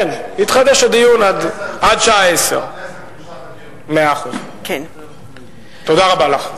כן, הדיון יתחדש עד השעה 10:00. תודה רבה לך.